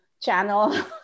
channel